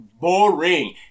boring